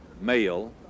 male